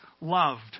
loved